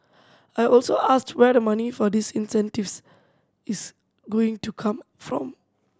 I also asked where the money for these incentives is going to come from